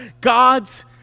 God's